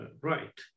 right